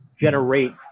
generate